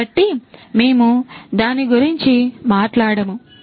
కాబట్టి మేము దాని గురించి మాట్లాడాము